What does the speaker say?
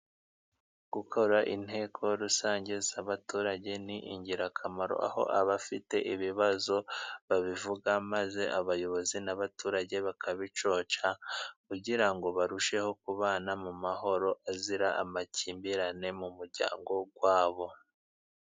Gukora inteko rusange z'abaturage ni ingirakamaro, aho abafite ibibazo babivuga maze abayobozi n'abaturage bakabicoca, kugirango barusheho kubana mu mahoro azira amakimbirane mu muryango wabo.